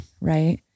Right